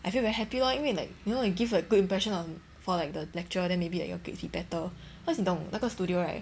I feel very happy lor 因为 like you know you give a good impression on for like the lecturer then maybe your grades will be better cause 你懂那个 studio right